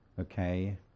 okay